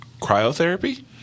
Cryotherapy